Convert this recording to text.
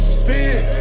spin